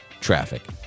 Traffic